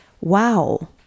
wow